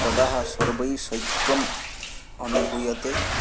तदाः सर्वैः शैत्यम् अनुभूयते